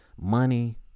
money